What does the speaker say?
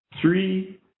three